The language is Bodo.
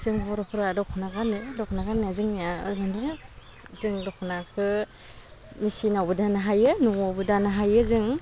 जों बर'फोरा दख'ना गानो दख'ना गान्नाया जोंनिया ओरैनो जों दख'नाखौ मेचिनावबो दानो हायो न'वावबो दानो हायो जों